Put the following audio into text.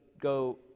go